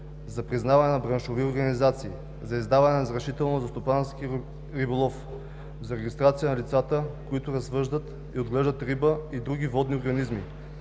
за признаване на браншови организации; за издаване на разрешително за стопански риболов; за регистрация на лицата, които развъждат и отглеждат риба и други водни организми;